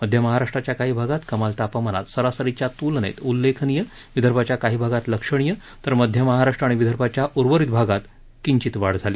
मध्य महाराष्ट्राच्या काही भागात कमाल तापमानात सरासरीच्या तुलनेत उल्लेखनीय विदर्भाच्या काही भागात लक्षणीय तर मध्य महाराष्ट्र आणि विदर्भाच्या उर्वरित भागात किंचित वाढ झाली